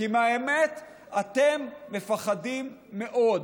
כי מהאמת אתם מפחדים מאוד.